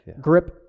Grip